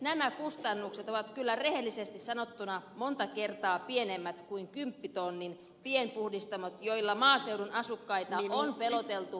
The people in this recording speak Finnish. nämä kustannukset ovat kyllä rehellisesti sanottuna monta kertaa pienemmät kuin kymppitonnin pienpuhdistamot joilla maaseudun asukkaita on peloteltu ja ahdisteltu